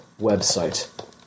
website